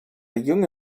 junge